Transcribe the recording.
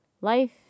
Life